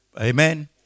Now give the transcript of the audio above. Amen